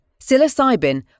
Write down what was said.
psilocybin